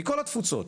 מכל התפוצות.